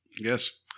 yes